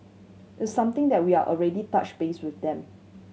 it's something that we are already touched base with them